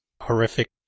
horrific